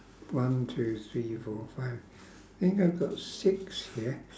one two three four five I think I've got six here